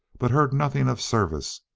but heard nothing of service,